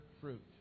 fruit